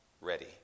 ready